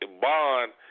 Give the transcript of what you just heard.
Bond